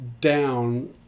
down